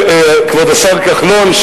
כבוד השר כחלון,